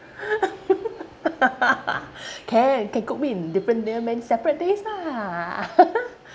can can cook me in different separate days lah